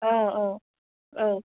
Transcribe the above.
औ औ औ